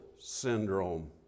syndrome